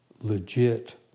legit